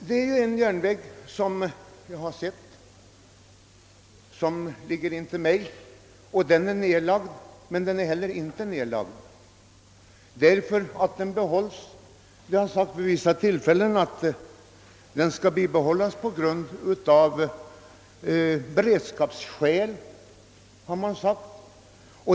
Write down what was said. Järnvägen mellan Sala och Gävle som ligger i min hemtrakt är både nedlagd och inte nedlagd; den skall bibehållas av beredskapsskäl, har man sagt.